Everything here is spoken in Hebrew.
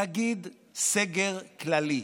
תגיד סגר כללי.